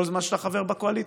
כל זמן שאתה חבר בקואליציה.